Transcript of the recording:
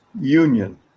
union